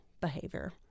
behavior